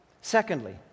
Secondly